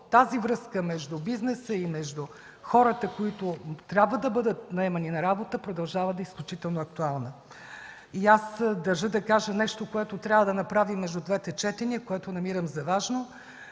тази връзка между бизнеса и между хората, които трябва да бъдат наемани на работа, продължава да е изключително актуална. Аз държа да кажа нещо, което трябва да направим между двете четения и намирам за важно